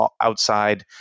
outside –